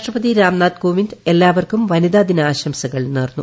രാഷ്ട്രപതി രാംനാഥ് കോവിന്ദ് എല്ലാവർക്കും വനിതാ ദിന ആശംസകൾ നേർന്നു